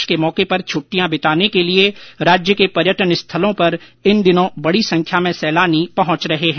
Christmas और नववर्ष के मौके पर छुट्टियां बिताने के लिए राज्य के पर्यटन स्थलों पर इन दिनों बड़ी संख्या में सैलानी पहुंच रहे हैं